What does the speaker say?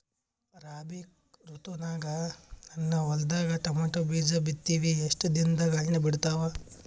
ರಾಬಿ ಋತುನಾಗ ನನ್ನ ಹೊಲದಾಗ ಟೊಮೇಟೊ ಬೀಜ ಬಿತ್ತಿವಿ, ಎಷ್ಟು ದಿನದಾಗ ಹಣ್ಣ ಬಿಡ್ತಾವ?